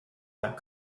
that